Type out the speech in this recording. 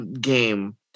game